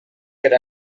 per